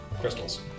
Crystals